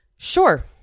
Sure